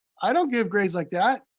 i don't give grades like that.